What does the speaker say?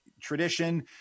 tradition